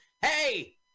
hey